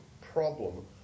problem